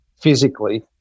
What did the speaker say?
physically